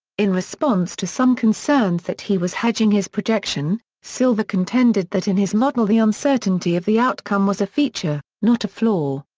in response to some concerns that he was hedging his projection, silver contended that in his model the uncertainty of the outcome was a feature, not a flaw.